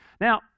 Now